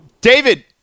David